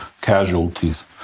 casualties